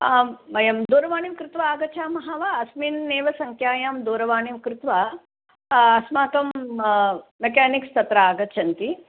आं वयं दूरवाणीं कृत्वा आगच्छामः वा अस्मिन् एव सङ्ख्यायां दूरवाणीं कृत्वा अस्माकं मेकेनिक्स् तत्र आगच्छन्ति